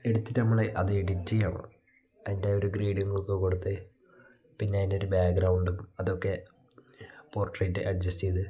എടുത്തിട്ട് നമ്മൾ അത് എഡിറ്റ് ചെയ്യണം അതിൻ്റെ ഒരു ഗ്രെയ്ഡിങ്ങക്കെ കൊടുത്ത് പിന്നെ അതിൻ്റെ ഒരു ബാഗ്രൗണ്ടും അതൊക്കെ പോർട്രേറ്റ് അഡ്ജസ്റ്റ് ചെയ്ത്